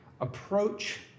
approach